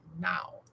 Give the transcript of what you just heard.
now